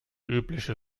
übliche